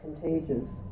contagious